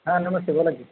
हां नमस्ते बोला की